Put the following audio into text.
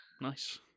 Nice